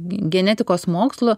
genetikos mokslu